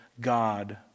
God